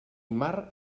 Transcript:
mar